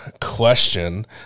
question